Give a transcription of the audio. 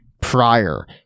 prior